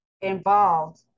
involved